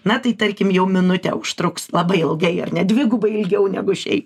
na tai tarkim jau minutę užtruks labai ilgai ar ne dvigubai ilgiau negu šiaip